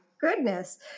goodness